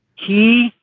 he,